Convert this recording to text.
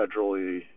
federally